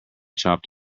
chopped